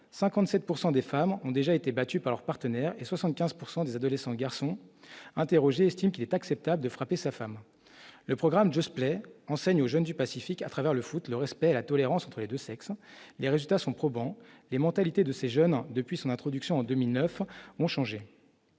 des femmes ont déjà été battus par leurs partenaires et 75 pourcent des adolescents garçons interroges estiment qu'il est acceptable de frapper sa femme le programme Jospeh enseigne aux jeunes du Pacifique à travers le foot, le respect, la tolérance entre les 2 sexes, les résultats sont probants les mentalités de ces jeunes depuis son introduction en 2009 ont changé